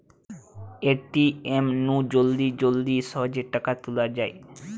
ATM নু জলদি জলদি সহজে টাকা তুলা যায়